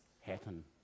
happen